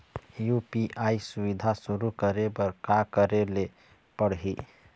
UPI सुविधा शुरू करे बर का करे ले पड़ही?